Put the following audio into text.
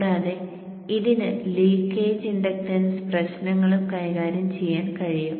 കൂടാതെ ഇതിന് leakage inductance പ്രശ്നങ്ങളും കൈകാര്യം ചെയ്യാൻ കഴിയും